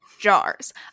jars